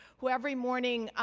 who every morning,